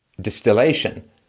distillation